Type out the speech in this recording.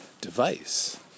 device